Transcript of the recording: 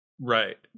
right